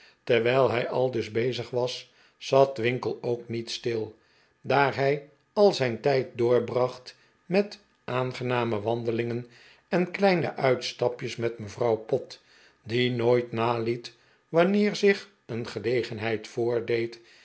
terwijl hij aldus bezig was zat winkle ook niet stil daar hij al zijn tijd doorbracht met aangename wandelingen en kleine uitstapjes met mevrouw pott die nooit naliet wanneer zich een gelegenheid voordeed